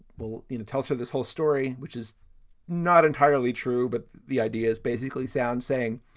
well, it tells her this whole story, which is not entirely true. but the idea is basically sound, saying,